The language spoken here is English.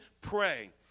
pray